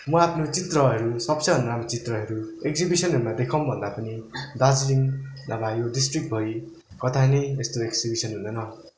म आफ्नो चित्रहरू सबसे भन्दा राम्रो चित्रहरू एक्जिबिसनहरूमा देखाउँ भन्दा पनि दाजिलिङ नभए यो डिस्ट्रिकभरि कता नै यस्तो एक्जिबिसन हुँदैन